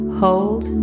hold